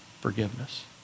forgiveness